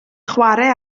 chwarae